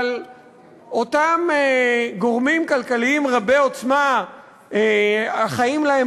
אבל אותם גורמים כלכליים רבי-עוצמה החיים להם